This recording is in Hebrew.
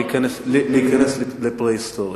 להיכנס לפרה-היסטוריה.